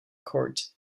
court